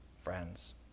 friends